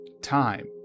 time